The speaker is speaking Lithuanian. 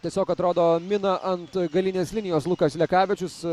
tiesiog atrodo mina ant galinės linijos lukas lekavičius